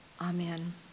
Amen